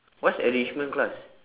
what's enrichment class